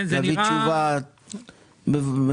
להביא תשובה מבוססת.